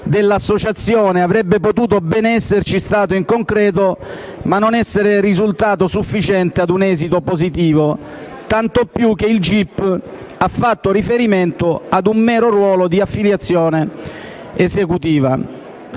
dell'associazione avrebbe potuto ben esserci stato in concreto, ma non essere risultato sufficiente ad un esito positivo, tanto più che il gip ha fatto riferimento ad un mero ruolo di «affiliazione esecutiva».